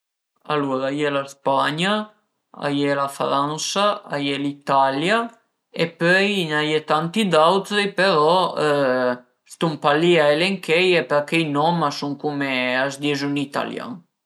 Alura a ie la Spgna, a ie la Fransa, a ie l'Italian e pöi a n'ie tanti d'auti però stun pa li a elencheie përché i nom a sun cume a së dizu ën italian